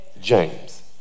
James